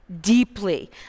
deeply